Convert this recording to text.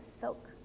silk